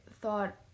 thought